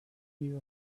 few